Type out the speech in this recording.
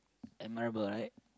admirable right